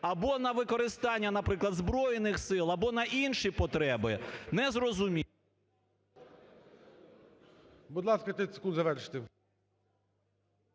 або на використання, наприклад, Збройних Сил, або на інші потреби – незрозуміло.